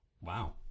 Wow